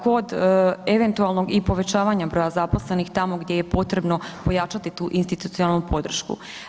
Kod eventualnog i povećavanja broja zaposlenih tamo gdje je potrebno pojačati tu institucionalnu podršku.